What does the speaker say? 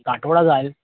आठवडा जाईल